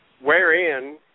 wherein